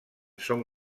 són